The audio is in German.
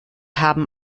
haben